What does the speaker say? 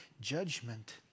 judgment